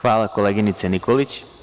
Hvala, koleginice Nikolić.